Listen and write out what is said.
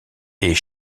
est